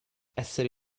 essere